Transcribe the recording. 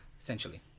essentially